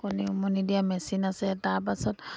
কণী উমনি দিয়া মেচিন আছে তাৰ পাছত